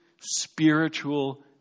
spiritual